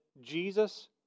Jesus